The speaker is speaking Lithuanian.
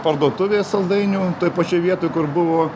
parduotuvė saldainių toj pačioj vietoj kur buvo